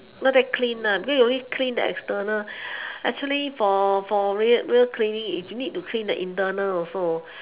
not that clean because you only clean the external actually for for real real cleaning is you need to clean the internal also